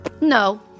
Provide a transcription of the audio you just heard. no